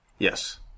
Yes